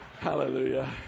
Hallelujah